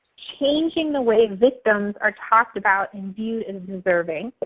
changing the way victims are talked about and viewed as deserving,